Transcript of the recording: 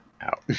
out